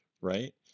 Right